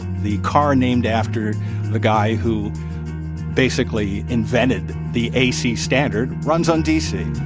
the car named after the guy who basically invented the ac standard runs on dc